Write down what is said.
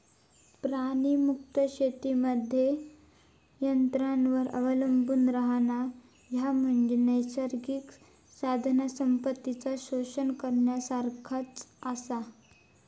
प्राणीमुक्त शेतीमध्ये यंत्रांवर अवलंबून रव्हणा, ह्या म्हणजे नैसर्गिक साधनसंपत्तीचा शोषण करण्यासारखाच आसा